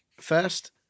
first